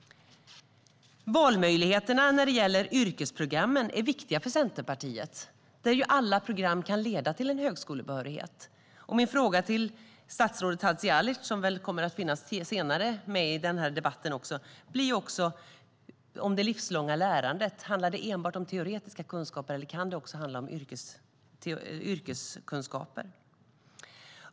Valmöjligheterna i yrkesprogrammen är viktiga för Centerpartiet. Där kan alla program leda till en högskolebehörighet. Min fråga till statsrådet Hadzialic, som väl kommer att finnas med senare i debatten, gäller det livslånga lärandet. Handlar det enbart om teoretiska kunskaper, eller kan det också handla om yrkeskunskaper?